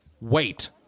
wait